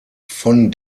von